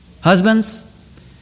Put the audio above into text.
Husbands